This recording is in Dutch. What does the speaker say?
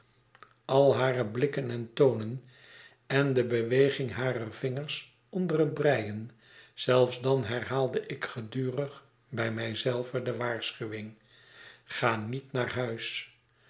al hare blikken en tonen en de beweging harer vingers onder het breien zelfs dan herhaalde ik gedurig bij mij zelven de waarschuwing ga niet naar huis